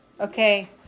Okay